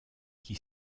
qui